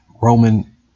Roman